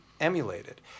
emulated